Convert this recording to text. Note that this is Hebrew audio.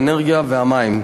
האנרגיה והמים.